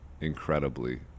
incredibly